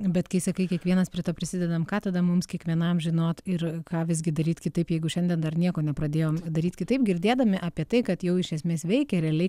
bet kai sakai kiekvienas prie to prisidedam ką tada mums kiekvienam žinot ir ką visgi daryt kitaip jeigu šiandien dar nieko nepradėjom daryt kitaip girdėdami apie tai kad jau iš esmės veikia realiai